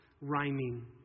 rhyming